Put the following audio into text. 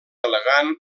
elegant